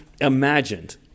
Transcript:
imagined